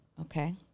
Okay